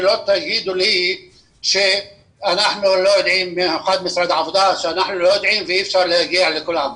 שלא תאמרו לי שלא יודעים ואי אפשר להגיע לכל המעונות.